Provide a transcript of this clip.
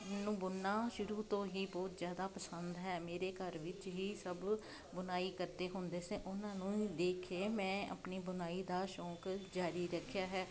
ਮੈਨੂੰ ਬੁਣਨਾ ਸ਼ੁਰੂ ਤੋਂ ਹੀ ਬਹੁਤ ਜ਼ਿਆਦਾ ਪਸੰਦ ਹੈ ਮੇਰੇ ਘਰ ਵਿੱਚ ਹੀ ਸਭ ਬੁਣਾਈ ਕਰਦੇ ਹੁੰਦੇ ਸੀ ਉਨ੍ਹਾਂ ਨੂੰ ਦੇਖ ਕੇ ਮੈਂ ਆਪਣੀ ਬੁਣਾਈ ਦਾ ਸ਼ੌਂਕ ਜਾਰੀ ਰੱਖਿਆ ਹੈ